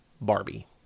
Barbie